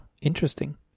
interesting